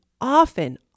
often